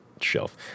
shelf